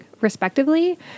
respectively